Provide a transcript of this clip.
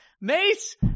Mace